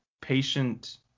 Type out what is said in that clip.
patient